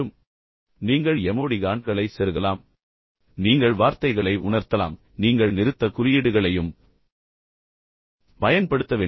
ஒரு வகையான உணர்வைக் கொடுக்க நீங்கள் எமோடிகான்களை செருகலாம் நீங்கள் உங்கள் வார்த்தைகளை உணர்த்தலாம் நீங்கள் நிறுத்தற்குறியீடுகளையும் பயன்படுத்த வேண்டும்